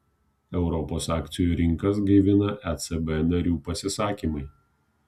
europos akcijų rinkas gaivina ecb narių pasisakymai